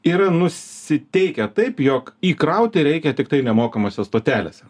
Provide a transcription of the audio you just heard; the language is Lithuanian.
yra nusiteikę taip jog įkrauti reikia tiktai nemokamose stotelėse